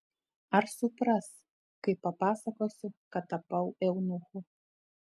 ar supras kai papasakosiu kad tapau eunuchu